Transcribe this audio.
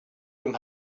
from